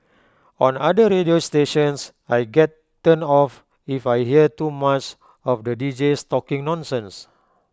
on other radio stations I get turned off if I hear too much of the Deejays talking nonsense